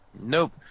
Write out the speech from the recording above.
Nope